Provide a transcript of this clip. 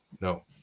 no